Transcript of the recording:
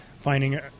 finding